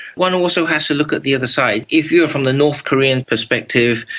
one also has to look at the other side. if you are from the north korean perspective,